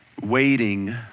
Waiting